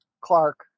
Clark